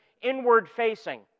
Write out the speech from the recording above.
inward-facing